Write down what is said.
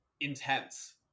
intense